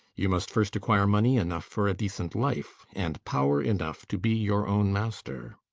you must first acquire money enough for a decent life, and power enough to be your own master.